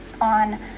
on